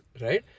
right